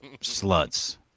sluts